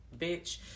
bitch